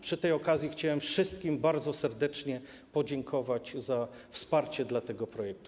Przy tej okazji chciałem wszystkim bardzo serdecznie podziękować za wsparcie dla tego projektu.